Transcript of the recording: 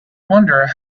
wonder